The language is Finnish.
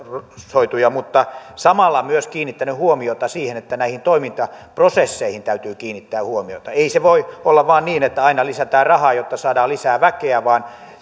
mutta samalla myös kiinnittänyt huomiota siihen että näihin toimintaprosesseihin täytyy kiinnittää huomiota ei se voi olla vain niin että aina lisätään rahaa jotta saadaan lisää väkeä vaan